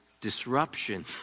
disruption